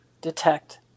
detect